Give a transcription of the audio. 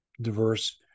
diverse